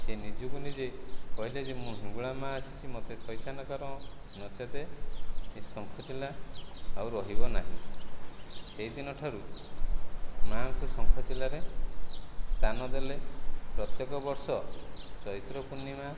ସିଏ ନିଜକୁ ନିଜେ କହିଲେ ଯେ ମୁଁ ହିଙ୍ଗୁଳା ମାଁ ଆସିଛି ମୋତେ ଥଇଥାନକର ନଚେତ୍ ଏ ଶଙ୍ଖଚିଲ୍ଲା ଆଉ ରହିବ ନାହିଁ ସେଇଦିନଠାରୁ ମାଁଙ୍କୁ ଶଙ୍ଖଚିଲ୍ଲାରେ ସ୍ଥାନ ଦେଲେ ପ୍ରତ୍ୟେକ ବର୍ଷ ଚୈତ୍ର ପୂର୍ଣ୍ଣିମା